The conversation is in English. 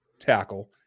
tackle